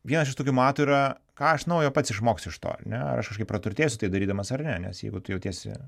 vienas iš tokių matų yra ką aš naujo pats išmoksiu iš to ar ne ar aš kažkaip praturtėsiu tai darydamas ar ne nes jeigu tu jautiesi